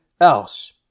else